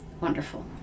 wonderful